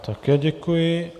Také děkuji.